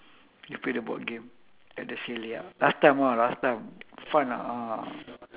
we play the board game at the last time ah last time fun ah ah